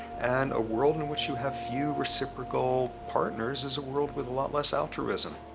and a world in which you have few reciprocal partners is a world with a lot less altruism.